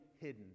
hidden